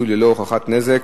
פיצוי ללא הוכחת נזק),